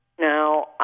Now